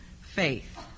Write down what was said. faith